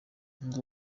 ndi